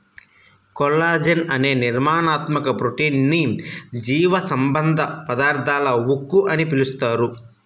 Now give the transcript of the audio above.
collagen అనే నిర్మాణాత్మక protein ని జీవసంబంధ పదార్థాల ఉక్కు అని పిలుస్తారు